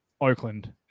Oakland